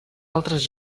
altres